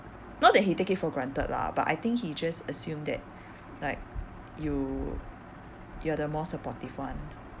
not that he take it for granted lah but I think he just assume that like you you are the more supportive one